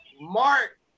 Mark